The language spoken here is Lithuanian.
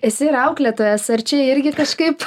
esi ir auklėtojas ar čia irgi kažkaip